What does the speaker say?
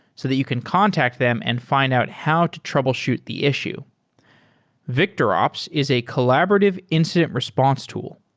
so that you can contact them and fi nd out how to troubleshoot the issue victorops is a collaborative incident response tool.